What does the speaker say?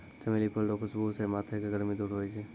चमेली फूल रो खुशबू से माथो के गर्मी दूर होय छै